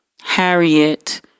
Harriet